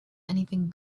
anything